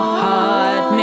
heart